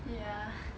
ya